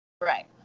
Right